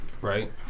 right